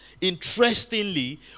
Interestingly